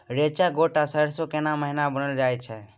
रेचा, गोट आ सरसो केना महिना बुनल जाय छै?